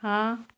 हाँ